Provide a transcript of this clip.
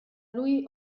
lui